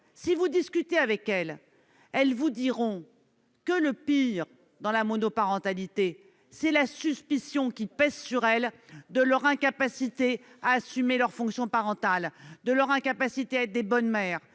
si vous discutez avec elles, elles vous diront que le pire, dans la monoparentalité, c'est la suspicion qui pèse sur leur capacité à assumer leur fonction parentale, à être de bonnes mères,